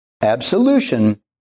absolution